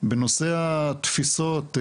בנושא התפיסות,